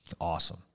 awesome